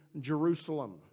Jerusalem